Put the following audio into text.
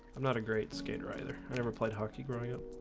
i'm not a great skater either. i never played hockey growing up.